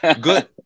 Good